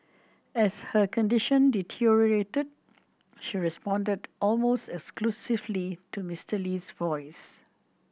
as her condition deteriorated she responded almost exclusively to Mister Lee's voice